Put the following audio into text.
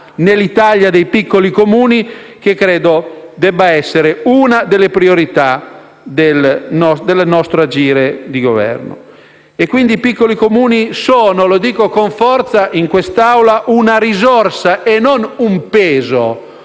nell'Italia dei piccoli Comuni che credo debba essere una delle priorità del nostro agire di Governo. Dunque i piccoli Comuni, lo dico con forza in quest'Aula, sono una risorsa e non un peso